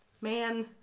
man